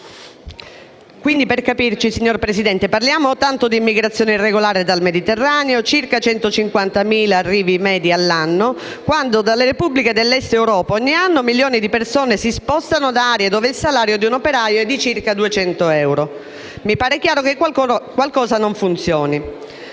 di Mineo. Signor Presidente, parliamo tanto di immigrazione irregolare dal Mediterraneo (circa 150.000 arrivi in media all'anno) quando dalle Repubbliche dell'Est Europa ogni anno milioni di persone si spostano da aree dove il salario di un operaio è di circa 200 euro: mi pare chiaro che qualcosa non funzioni.